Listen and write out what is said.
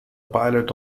pilot